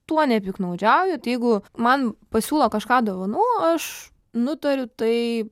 tuo nepiktnaudžiauju tai jeigu man pasiūlo kažką dovanų aš nutariu tai